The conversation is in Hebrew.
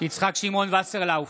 יצחק שמעון וסרלאוף,